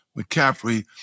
McCaffrey